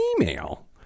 email